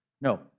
No